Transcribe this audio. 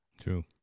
true